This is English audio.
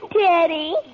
Daddy